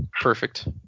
perfect